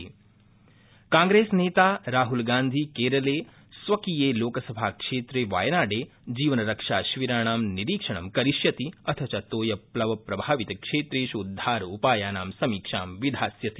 राहुलवायनाडतोयप्लव कांप्रेस नेता राहुलगांधी केरले स्वकीये लोकसभा क्षेत्रे वायनाडे जीवनरक्षा शिविराणां निरीक्षणं करिष्यति अथ च तोयप्लवप्रभावितक्षेत्रेषु उद्धार उपायाना समीक्षा विधास्यति